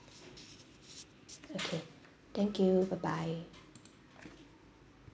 okay thank you bye bye